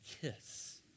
kiss